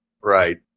right